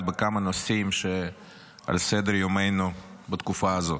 בכמה נושאים שעל סדר יומנו בתקופה הזאת.